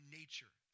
nature